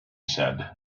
said